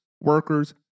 workers